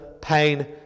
pain